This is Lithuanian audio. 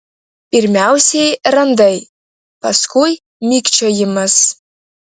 pirmiausia randai paskui mikčiojimas